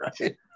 right